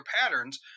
patterns